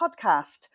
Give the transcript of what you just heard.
podcast